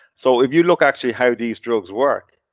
so if you look actually how these drugs work,